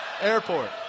Airport